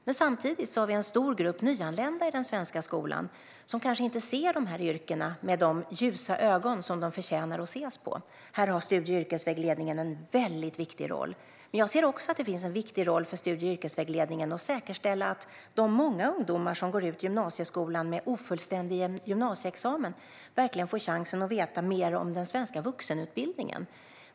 Men samtidigt har vi en stor grupp nyanlända i den svenska skolan som kanske inte ser så ljust på dessa yrken som de förtjänar att ses. Här har studie och yrkesvägledningen en väldigt viktig roll. Men jag ser också att det finns en viktig roll för studie och yrkesvägledningen i fråga om att säkerställa att de många ungdomar som går ut gymnasieskolan med en ofullständig gymnasieexamen verkligen får chansen att veta mer om den svenska vuxenutbildningen.